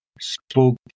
spoke